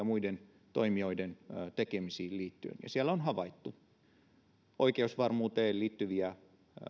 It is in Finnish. muiden toimijoiden tekemisiin liittyen ja siellä on havaittu oikeusvarmuuteen liittyviä